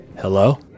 Hello